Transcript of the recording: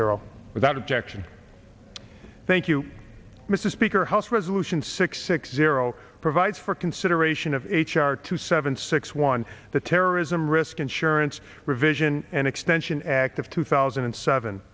zero without objection thank you mr speaker house resolution six six zero provides for consideration of h r two seven six one the terrorism risk insurance provision and extension act of two thousand and seven